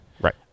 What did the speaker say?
right